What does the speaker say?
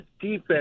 defense